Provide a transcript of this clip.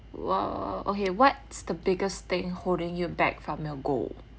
!wow! okay what's the biggest thing holding you back from your goal